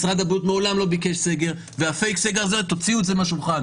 משרד הבריאות מעולם לא ביקש סגר והפייק סגר הזה תורידו את זה מהשולחן.